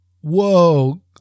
Whoa